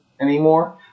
anymore